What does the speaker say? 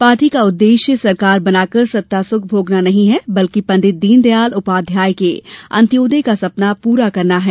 party का उद्वेश्य सरकार बनाकर सत्तासुख भोगना नहीं है बल्कि पंडित दीनदयाल उपाध्याय के अंत्योदय का सपना प्ररा करना है